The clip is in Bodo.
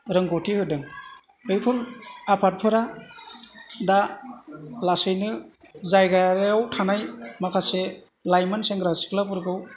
रोंग'थि होदों बैफोर आफादफोरा दा लासैनो जायगायाव थानाय माखासे लाइमोन सेंग्रा सिख्लाफोरखौ